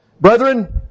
Brethren